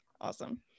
awesome